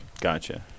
gotcha